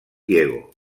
diego